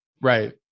Right